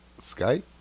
Skype